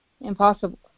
impossible